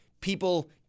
people